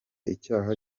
icyaha